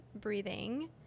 breathing